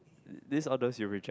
this all those you reject